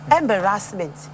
embarrassment